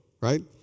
right